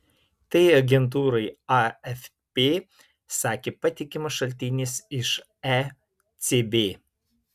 tai agentūrai afp sakė patikimas šaltinis iš ecb